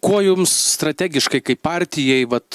kuo jums strategiškai kaip partijai vat